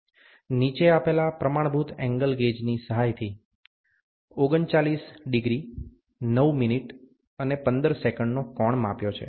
નીચે આપેલા પ્રમાણભૂત એંગલ ગેજની સહાયથી 39° 9' 15" નો કોણ માપ્યો છે